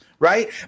Right